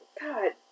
God